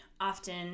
often